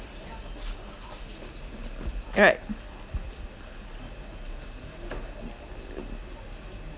right